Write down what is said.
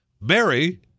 Mary